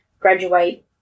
graduate